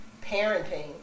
parenting